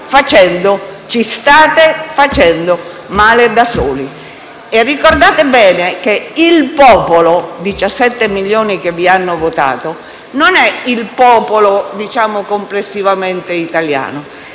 ci state facendo male da soli. Ricordate bene che il popolo, i 17 milioni che vi hanno votato, non è il popolo italiano complessivamente.